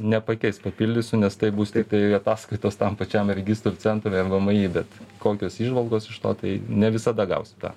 nepakeis papildysiu nes tai bus taip kai ataskaitos tam pačiam registrų centrui ar vmi bet kokios įžvalgos iš to tai ne visada gausi tą